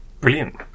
Brilliant